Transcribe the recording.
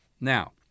Now